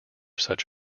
such